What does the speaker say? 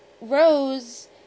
Rose